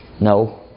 No